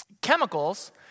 chemicals